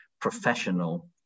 professional